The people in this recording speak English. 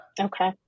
Okay